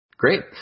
Great